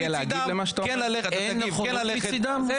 מצדם כן ללכת --- אין נכונות מצדם?